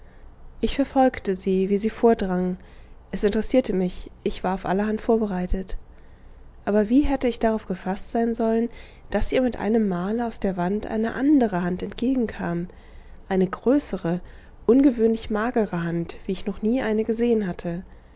ich verfolgte sie wie sie vordrang es interessierte mich ich war auf allerhand vorbereitet aber wie hätte ich darauf gefaßt sein sollen daß ihr mit einem male aus der wand eine andere hand entgegenkam eine größere ungewöhnlich magere hand wie ich noch nie eine gesehen hatte